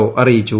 O അറിയിച്ചു